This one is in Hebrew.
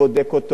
אני לא יודע,